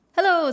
Hello